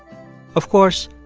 of course,